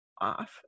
off